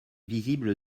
visible